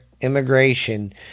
immigration